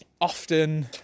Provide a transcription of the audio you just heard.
often